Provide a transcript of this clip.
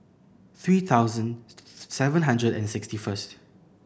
three thousand seven hundred and sixty first